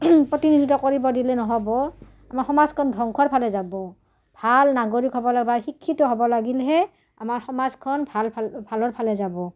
প্ৰতিনিধিত্ব কৰিব দিলে নহ'ব আমাৰ সমাজখন ধ্বংসৰ ফালে যাব ভাল নাগৰিক হ'ব লাগব' বা শিক্ষিত হ'ব লাগিলেহে আমাৰ সমাজখন ভাল ভালৰ ফালে যাব